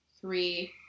three